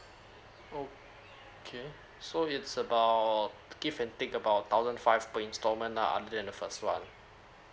okay so its about give and take about thousand five per instalments lah other than the first one